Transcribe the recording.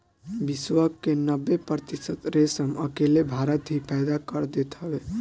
विश्व के नब्बे प्रतिशत रेशम अकेले भारत ही पैदा कर देत हवे